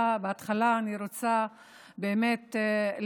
בהתחלה אני רוצה לברך.